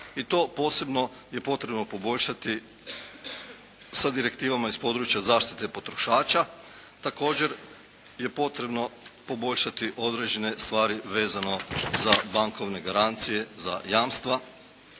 i to posebno je potrebno poboljšati sa direktivama iz područja zaštite potrošača. Također je potrebno poboljšati određene stvari vezano za bankovne garancije, za jamstva.